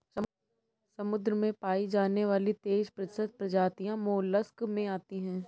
समुद्र में पाई जाने वाली तेइस प्रतिशत प्रजातियां मोलस्क में आती है